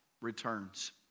returns